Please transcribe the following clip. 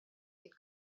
could